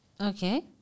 Okay